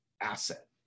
asset